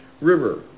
river